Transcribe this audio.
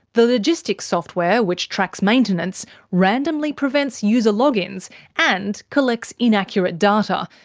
the logistics software, which tracks maintenance, randomly prevents user logins and collects inaccurate data,